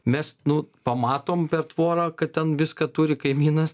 mes nu pamatom per tvorą kad ten viską turi kaimynas